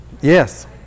Yes